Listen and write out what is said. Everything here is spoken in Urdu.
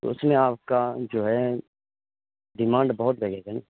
اس میں آپ کا جو ہے ڈیمانڈ بہت لگے گا نا